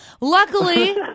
Luckily